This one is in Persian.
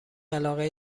علاقه